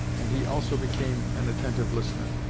and he also became an attentive listener,